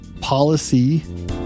Policy